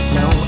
no